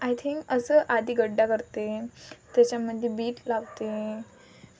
I think असं आधी खड्डा करते त्याच्यामध्ये बीट लावते